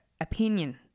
opinion